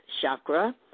chakra